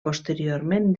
posteriorment